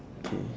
okay